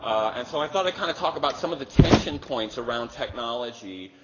and so i thought i'd kind of talk about some of the tension points around technology,